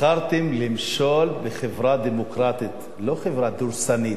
נבחרתם למשול בחברה דמוקרטית, לא חברה דורסנית,